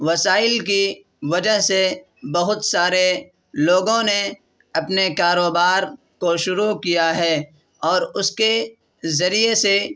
وسائل کی وجہ سے بہت سارے لوگوں نے اپنے کاروبار کو شروع کیا ہے اور اس کے ذریعے سے